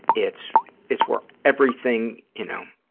it's it's where everything, you know,